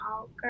Okay